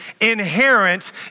inherent